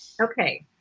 Okay